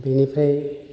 बेनिफ्राय